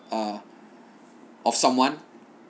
uh of someone